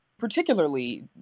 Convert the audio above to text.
particularly